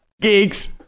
Geeks